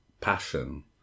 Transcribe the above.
passion